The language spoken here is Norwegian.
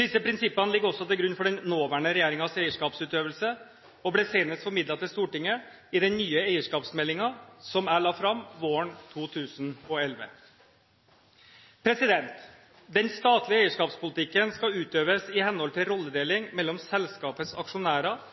Disse prinsippene ligger også til grunn for den nåværende regjeringens eierskapsutøvelse og ble senest formidlet til Stortinget i den nye eierskapsmeldingen, som jeg la fram våren 2011. Den statlige eierskapspolitikken skal utøves i henhold til rolledelingen mellom selskapets aksjonærer,